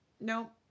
No